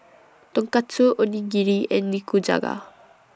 Tonkatsu Onigiri and Nikujaga